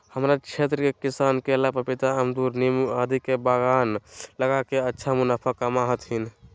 हमरा क्षेत्र के किसान केला, पपीता, अमरूद नींबू आदि के बागान लगा के अच्छा मुनाफा कमा हथीन